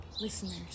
listeners